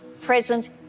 present